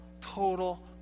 total